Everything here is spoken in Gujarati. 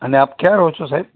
અને આપ ક્યાં રહો છો સાહેબ